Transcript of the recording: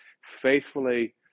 faithfully